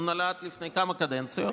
הוא נולד לפני כמה קדנציות.